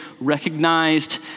recognized